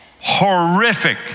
horrific